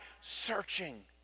searching